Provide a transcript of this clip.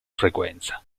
frequenza